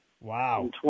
Wow